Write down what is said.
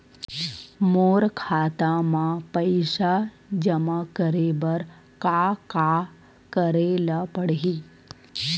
मोर खाता म पईसा जमा करे बर का का करे ल पड़हि?